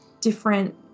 different